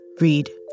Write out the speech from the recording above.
read